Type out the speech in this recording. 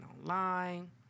online